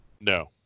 No